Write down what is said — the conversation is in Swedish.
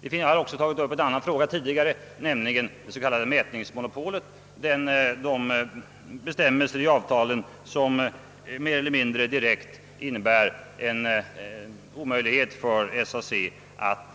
Jag har också tagit upp en annan fråga tidigare, nämligen det s.k. mätningsmonopolet, d.v.s. de bestämmelser i avtalen som mer eller mindre direkt gör det omöjligt för SAC att